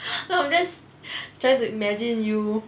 um just trying to imagine you